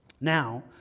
Now